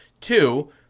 Two